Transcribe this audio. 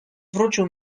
wrócił